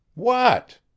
What